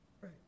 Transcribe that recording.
right